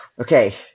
Okay